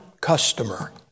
customer